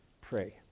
pray